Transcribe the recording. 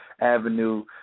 avenue